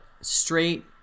straight